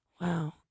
Wow